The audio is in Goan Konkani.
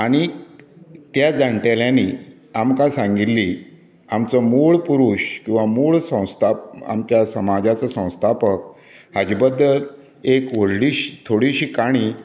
आनीक त्या जाण्टेल्यांनी आमकां सांगिल्ली आमचो मूळ पुरूश किंवां मूळ संस्था आमच्या समाजाचो संस्थापक हाजे बद्दल एक व्हडली अशी थोडीशी काणी